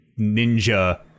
Ninja